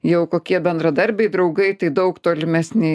jau kokie bendradarbiai draugai tai daug tolimesni